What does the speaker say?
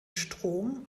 strom